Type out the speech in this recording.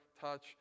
touch